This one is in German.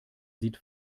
sieht